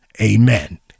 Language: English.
Amen